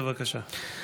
בבקשה.